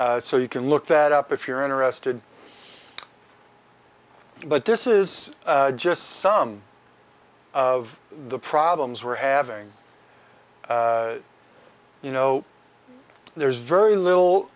so you can look that up if you're interested but this is just some of the problems we're having you know there's very little